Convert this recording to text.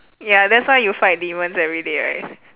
ya that's why you fight demons every day right